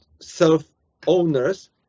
self-owners